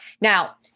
Now